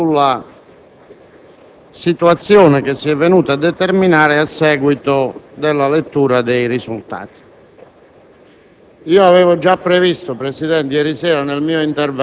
quanto sulla situazione che si è venuta a determinare a seguito della lettura dei risultati.